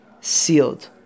sealed